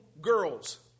girls